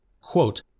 quote